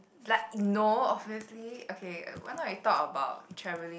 like no obviously okay why not we talk about travelling